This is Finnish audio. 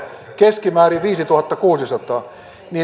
keskimäärin viisituhattakuusisataa niin